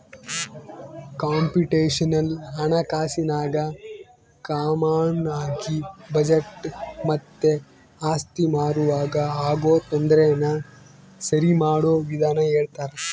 computational ಹಣಕಾಸಿನಾಗ ಕಾಮಾನಾಗಿ budget ಮತ್ತೆ ಆಸ್ತಿ ಮಾರುವಾಗ ಆಗೋ ತೊಂದರೆನ ಸರಿಮಾಡೋ ವಿಧಾನ ಹೇಳ್ತರ